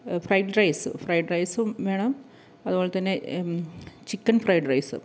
fried rice fried റൈസും വേണം അതുപോലെ തന്നെ ചിക്കൻ ഫ്രൈഡ് റൈസും